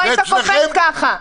לא היית קופץ ככה.